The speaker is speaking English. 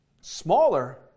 smaller